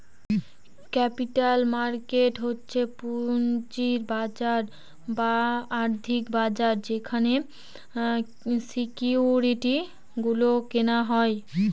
capital market হচ্ছে পুঁজির বাজার বা আর্থিক বাজার যেখানে সিকিউরিটি গুলো কেনা হয়